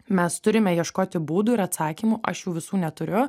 mes turime ieškoti būdų ir atsakymų aš jų visų neturiu